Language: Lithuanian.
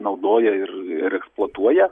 naudoja ir ir eksploatuoja